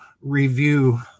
review